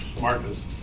Marcus